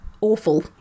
awful